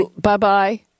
bye-bye